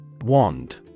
Wand